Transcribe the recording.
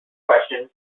questions